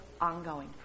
ongoing